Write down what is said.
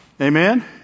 Amen